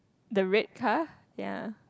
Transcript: the red car ya